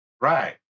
Right